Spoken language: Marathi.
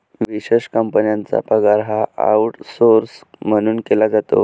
विशेष कंपन्यांचा पगार हा आऊटसौर्स म्हणून केला जातो